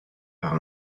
par